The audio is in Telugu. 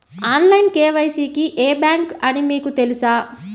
ఆన్లైన్ కే.వై.సి కి ఏ బ్యాంక్ అని మీకు తెలుసా?